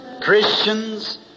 Christians